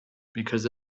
because